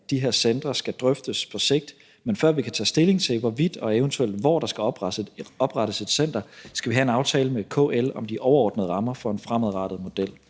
de her centre skal drøftes på sigt, men før vi kan tage stilling til, hvorvidt og eventuelt hvor der skal oprettes et center, skal vi have en aftale med KL om de overordnede rammer for en fremadrettet model.